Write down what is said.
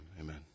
Amen